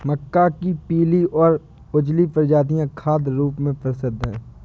मक्का के पीली और उजली प्रजातियां खाद्य रूप में प्रसिद्ध हैं